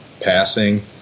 passing